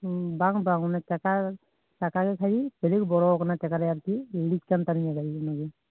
ᱦᱮᱸ ᱵᱟᱝ ᱵᱟᱝ ᱚᱱᱮ ᱪᱟᱠᱟ ᱪᱟᱠᱟᱨᱮ ᱠᱷᱟᱞᱤ ᱯᱮᱨᱮᱠ ᱵᱚᱞᱚ ᱟᱠᱟᱱᱟ ᱪᱟᱠᱟᱨᱮ ᱟᱨᱠᱤ ᱞᱤᱠ ᱠᱟᱱ ᱛᱟᱞᱤᱧᱟ ᱜᱟᱹᱰᱤ ᱤᱱᱟᱹᱜᱮ